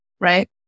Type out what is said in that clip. right